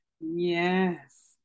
Yes